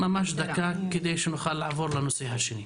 ממש דקה כדי שנוכל לעבור לנושא השני.